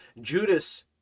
judas